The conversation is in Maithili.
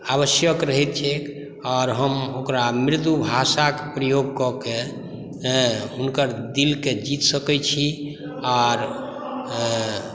आवश्यक रहै छै आओर हम ओकरा मृदु भाषाके प्रयोग कऽ कऽ हुनकर दिलके जीत सकै छी आओर